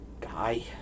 Guy